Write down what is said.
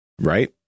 Right